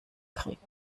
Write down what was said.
kriegt